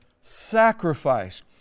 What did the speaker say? sacrifice